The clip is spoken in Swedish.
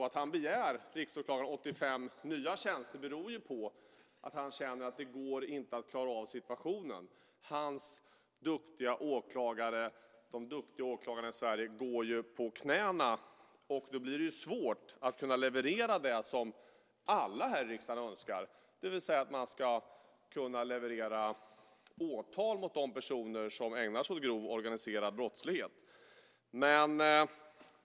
Att riksåklagaren begär 85 nya tjänster beror ju på att han känner att det inte går att klara av situationen. Hans duktiga åklagare, de duktiga åklagarna i Sverige, går ju på knäna. Då blir det svårt att leverera det som alla här i riksdagen önskar, det vill säga att man ska kunna väcka åtal mot de personer som ägnar sig åt grov organiserad brottslighet.